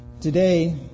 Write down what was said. Today